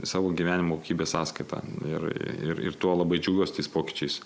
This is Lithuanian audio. savo gyvenimo kokybės sąskaita ir ir ir tuo labai džiaugiuosi tais pokyčiais